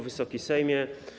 Wysoki Sejmie!